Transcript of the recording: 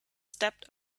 stepped